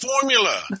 formula